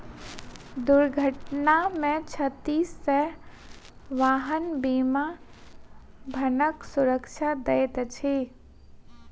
दुर्घटना में क्षति सॅ वाहन बीमा वाहनक सुरक्षा दैत अछि